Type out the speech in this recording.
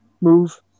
move